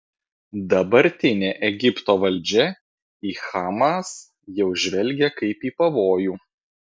dabartinė egipto valdžia į hamas jau žvelgia kaip į pavojų